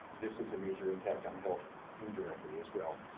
this is a major impact on health indirectly as well.